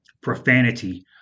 profanity